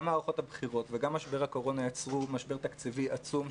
גם מערכות הבחירות וגם משבר הקורונה יצרו משבר תקציבי עצום,